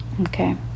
Okay